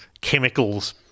chemicals